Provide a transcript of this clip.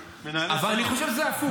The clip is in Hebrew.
אבל אני חושב שזה הפוך.